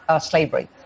slavery